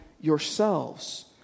yourselves